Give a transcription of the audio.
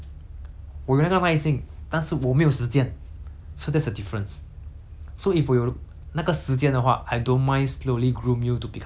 so that's the difference so if 我有那个时间的话 I don't mind slowly groom you to become better but the thing is hor !wah! 你就是